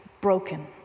broken